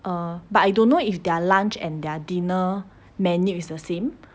err but I don't know if their lunch and their dinner menu is the same